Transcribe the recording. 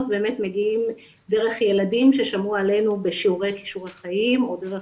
מגיעות דרך ילדים ששמעו עלינו בשיעורי כישורי חיים או דרך